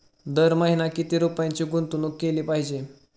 दर महिना किती रुपयांची गुंतवणूक केली पाहिजे?